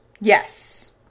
Yes